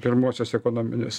pirmosios ekonominės